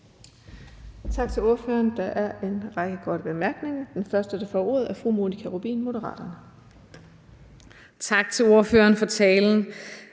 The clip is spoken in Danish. Tak til ordføreren. Der er en række korte bemærkninger. Den første, der får ordet, er fru Monika Rubin, Moderaterne. Kl. 12:42 Monika